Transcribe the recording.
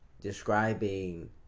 describing